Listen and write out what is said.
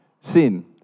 Sin